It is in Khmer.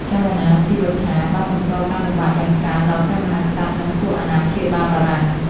ចលនាស៊ីវត្ថាបានបង្កការលំបាកយ៉ាងច្រើនដល់ព្រះមហាក្សត្រ និងពួកអាណាព្យាបាលបារាំង។